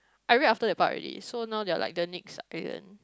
I read after that part already so now they are like the next island